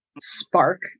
spark